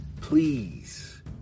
please